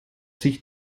sich